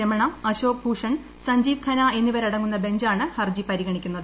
രമണ അശോക് ഭൂഷൺ സഞ്ജീവ് ഖ്ന്ന എന്നിവരടങ്ങുന്ന ബെഞ്ചാണ് ഹർജി പരിഗണിക്ടുന്നത്